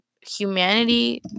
humanity